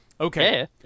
Okay